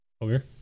Over